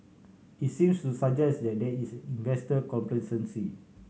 it's seems to suggest that there is investor complacency